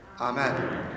Amen